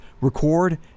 record